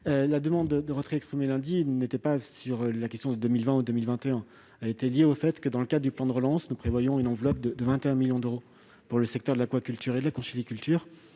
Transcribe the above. La demande de retrait exprimée lundi ne portait pas sur la question de l'année d'imputation, à savoir 2020 ou 2021. Elle était liée au fait que, dans le cadre du plan de relance, nous prévoyons une enveloppe de 21 millions d'euros pour le secteur de l'aquaculture et de la conchyliculture.